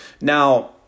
Now